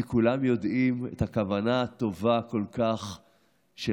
כי כולם יודעים את הכוונה הטובה כל כך של